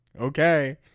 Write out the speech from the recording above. Okay